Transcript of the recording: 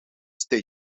stage